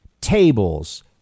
tables